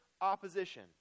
opposition